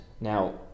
now